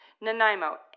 Nanaimo